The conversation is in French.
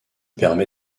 permet